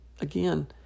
Again